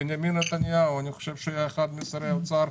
בנימין נתניהו אני חושב שהוא היה אחד משרי האוצר,